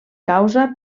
causa